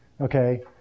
okay